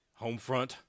Homefront